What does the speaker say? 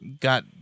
got